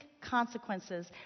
consequences